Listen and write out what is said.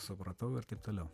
supratau ir taip toliau